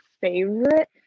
favorite